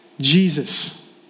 Jesus